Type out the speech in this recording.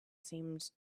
seemed